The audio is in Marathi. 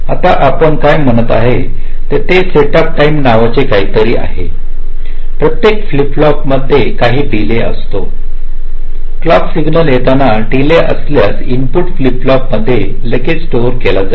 आता आपण काय म्हणत आहे ते सेटअप टाईम नावाचे काहीतरी आहेतच प्रत्येक फ्लिप फ्लॉपमध्ये काही डीले असतो क्लॉकसिग्नल येताना डीले आल्यास इनपुट डेटा फ्लिप फ्लॉपमध्ये लगेच स्टोअर केला जात नाही